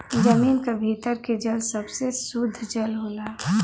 जमीन क भीतर के जल सबसे सुद्ध जल होला